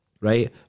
right